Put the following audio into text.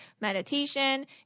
meditation